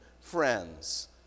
friends